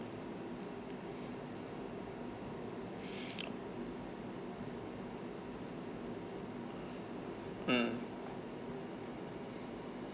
mm